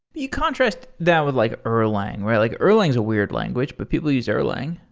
you contrast that with like erlang, where like erlang is a weird language, but people use erlang.